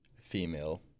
female